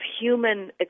human